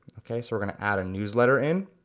okay so we're gonna add a newsletter in.